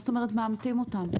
מה זאת אומרת מאמתים אותם?